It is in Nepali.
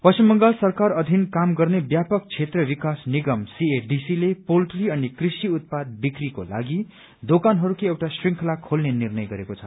पश्चिम बंगाल सरकार अधिन काम गर्ने व्यावक क्षेत्र विकास निगम सीएडीसी ले पोल्ट्री अनि कृषि उत्पाद विक्रीको लागि दोकानहरूका एउटा श्रृंखला खोल्ने निर्णय गरेको छ